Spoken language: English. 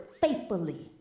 faithfully